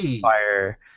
fire